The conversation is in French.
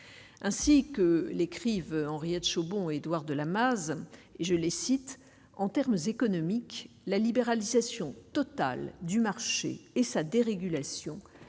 ainsi que l'écrivent Henriette chaud bon Édouard de Lamaze et je les cite en termes économiques la libéralisation totale du marché, et sa dérégulation